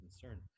concern